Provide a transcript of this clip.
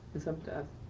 it's up to us.